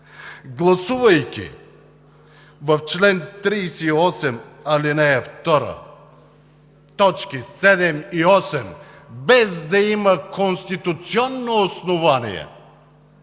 Гласувайки в чл. 38, ал. 2, точки 7 и 8, без да има конституционно основание,